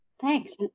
thanks